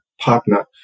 partner